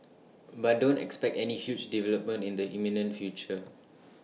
but don't expect any huge development in the imminent future